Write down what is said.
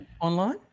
online